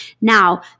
Now